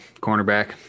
cornerback